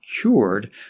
cured